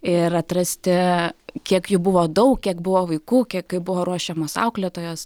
ir atrasti kiek jų buvo daug kiek buvo vaikų kiek kaip buvo ruošiamos auklėtojos